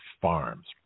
farms